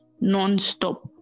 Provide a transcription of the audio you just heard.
non-stop